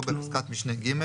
או בפסקת משנה (ג),